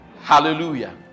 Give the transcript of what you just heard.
Hallelujah